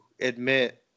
admit